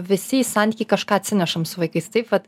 visi į santykį kažką atsinešam su vaikais taip vat